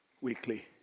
weekly